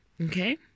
Okay